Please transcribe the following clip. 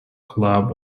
club